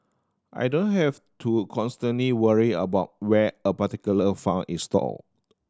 I don't have to constantly worry about where a particular is stored